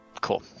Cool